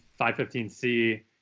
515C